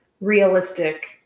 realistic